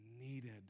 needed